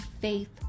faith